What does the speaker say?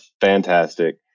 fantastic